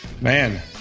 Man